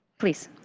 please.